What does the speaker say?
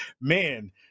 man